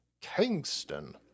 Kingston